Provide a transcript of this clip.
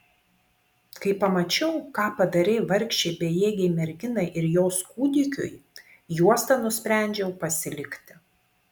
kai pamačiau ką padarei vargšei bejėgei merginai ir jos kūdikiui juostą nusprendžiau pasilikti